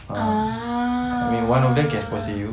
uh